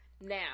now